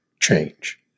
change